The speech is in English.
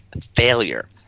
failure